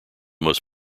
most